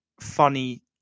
funny